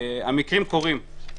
המקרים קורים.